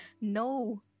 No